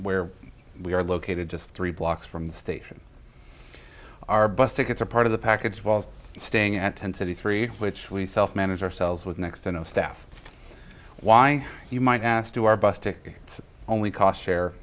where we are located just three blocks from the station our bus tickets are part of the package was staying at ten thirty three which we self manage ourselves with next to no staff why you might ask to our bus tickets only cost share